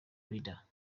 leader